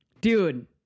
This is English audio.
Dude